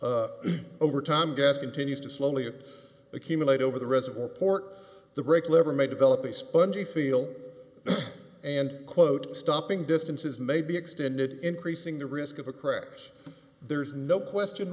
over time gas continues to slowly accumulate over the reservoir port the brake lever may develop a spongy feel and quote stopping distances may be extended increasing the risk of a crash there's no question